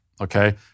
Okay